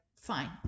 fine